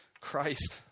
Christ